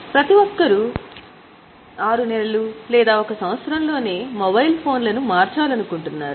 ప్రతి ఒక్కరూ 6 నెలలు లేదా 1 సంవత్సరంలో నే మొబైల్ ఫోన్లను మార్చాలనుకుంటున్నారు